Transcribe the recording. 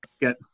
get